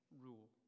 rule